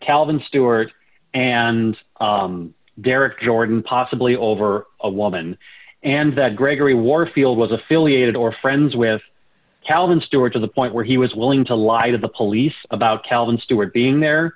calvin stewart and derek jordan possibly over a woman and that gregory warfield was affiliated or friends with calvin stewart to the point where he was willing to lie to the police about calvin stewart being there